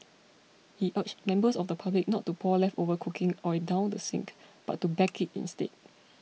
he urged members of the public not to pour leftover cooking oil down the sink but to bag it instead